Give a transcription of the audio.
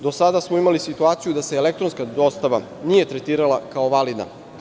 Do sada smo imali situaciju da se elektronska dostava nije tretirala kao validna.